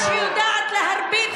אותה משטרה שיודעת להרביץ לחבר כנסת,